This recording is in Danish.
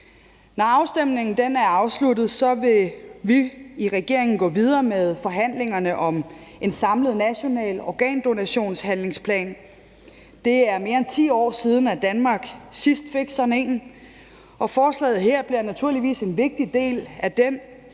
Når afstemningen er afsluttet, vil vi i regeringen gå videre med forhandlingerne om en samlet national organdonationshandlingsplan. Det er mere end 10 år siden, at Danmarks sidst fik sådan en, og forslaget her bliver naturligvis en vigtig del af den,